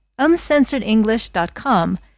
uncensoredenglish.com